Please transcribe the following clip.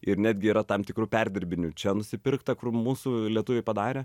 ir netgi yra tam tikru perdirbiniu čia nusipirkti kur mūsų lietuviai padarė